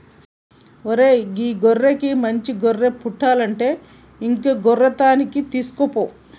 ఓరై గీ గొర్రెకి మంచి గొర్రె పుట్టలంటే ఇంకో గొర్రె తాన్కి తీసుకుపో